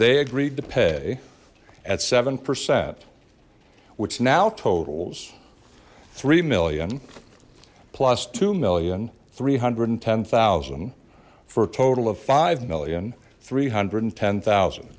they agreed to pay at seven percent which now totals three million plus two million three hundred and ten thousand for total of five million three hundred and ten thousand